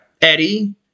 Eddie